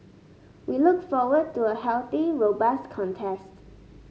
we look forward to a healthy robust contest